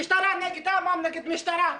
המשטרה נגד העם, העם נגד המשטרה.